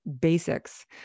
basics